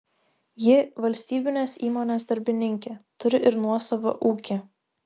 ji valstybinės įmonės darbininkė turi ir nuosavą ūkį